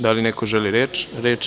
Da li neko želi reč?